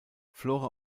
flora